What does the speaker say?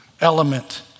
element